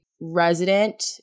resident